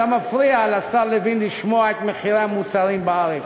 אתה מפריע לשר לוין לשמוע את מחירי המוצרים בארץ.